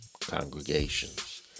congregations